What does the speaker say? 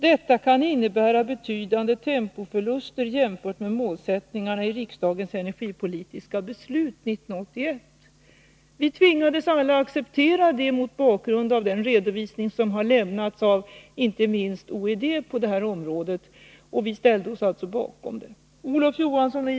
Detta kan innebära betydande tempoförluster jämfört med målsättningarna i riksdagens energipolitiska beslut 1981.” Vi tvingades alla acceptera det mot bakgrund av den redovisning som har lämnats av inte minst OED. Vi ställde oss alltså bakom det.